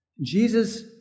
Jesus